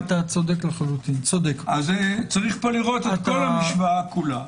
יש לראות את המשוואה כולה.